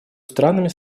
странами